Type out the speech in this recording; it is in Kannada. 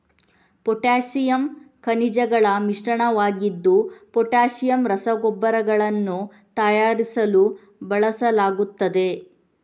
ಪೊಟ್ಯಾಸಿಯಮ್ ಖನಿಜಗಳ ಮಿಶ್ರಣವಾಗಿದ್ದು ಪೊಟ್ಯಾಸಿಯಮ್ ರಸಗೊಬ್ಬರಗಳನ್ನು ತಯಾರಿಸಲು ಬಳಸಲಾಗುತ್ತದೆ